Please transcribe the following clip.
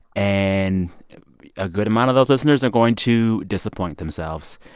and a good amount of those listeners are going to disappoint themselves.